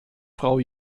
frau